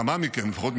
כמה מכם לפחות,